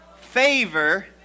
favor